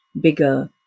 bigger